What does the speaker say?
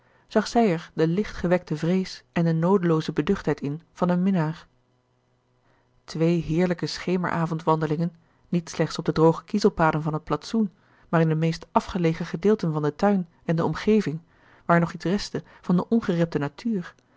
zag zij er de licht gewekte vrees en de noodelooze beduchtheid in van een minnaar twee heerlijke schemeravond wandelingen niet slechts op de droge kiezelpaden van het plantsoen maar in de meest afgelegen gedeelten van den tuin en de omgeving waar nog iets restte van de ongerepte natuur